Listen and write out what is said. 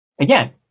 Again